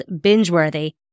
binge-worthy